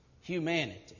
humanity